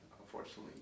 unfortunately